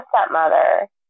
stepmother